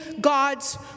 God's